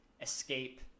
escape